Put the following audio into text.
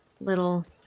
little